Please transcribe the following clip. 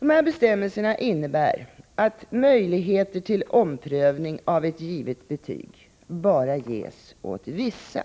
Dessa bestämmelser innebär att möjligheter till omprövning av givet betyg bara ges åt vissa.